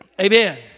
Amen